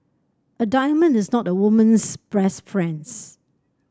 a diamond is not a woman's friend